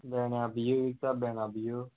भेण्यां बियो विकता भेण्यां बियो